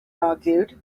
argued